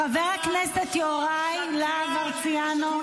חבר הכנסת יוראי להב הרצנו.